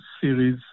series